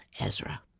Ezra